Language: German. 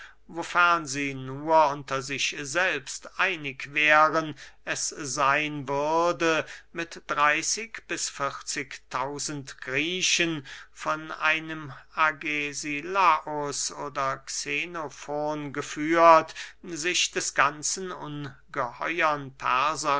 wofern sie nur unter sich selbst einig wären es seyn würde mit dreyßig bis vierzig tausend griechen von einem agesilaus oder xenofon geführt sich des ganzen ungeheuern